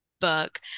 book